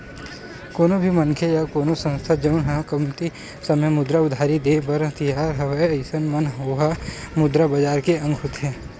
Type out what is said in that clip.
कोनो भी मनखे या कोनो संस्था जउन ह कमती समे मुद्रा उधारी देय बर तियार हवय अइसन म ओहा मुद्रा बजार के अंग होथे